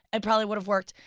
it probably would have worked,